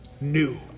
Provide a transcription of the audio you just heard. new